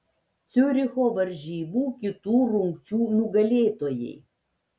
ciuricho varžybų kitų rungčių nugalėtojai